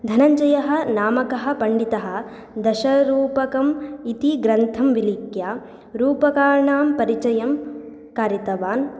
धनञ्जयः नामकः पण्डितः दशरूपकम् इति ग्रन्थं विलिख्य रूपकाणां परिचयं कारितवान्